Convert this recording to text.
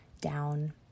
down